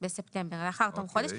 לאחר תום חודש.